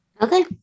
Okay